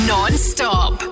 Non-stop